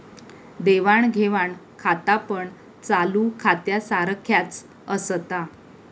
देवाण घेवाण खातापण चालू खात्यासारख्याच असता